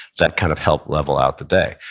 that kind of helped level out the day.